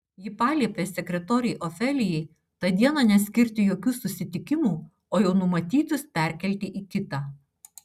ji paliepė sekretorei ofelijai tą dieną neskirti jokių susitikimų o jau numatytus perkelti į kitą